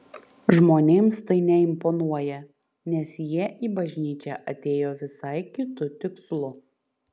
žmonėms tai neimponuoja nes jie į bažnyčią atėjo visai kitu tikslu